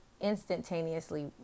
instantaneously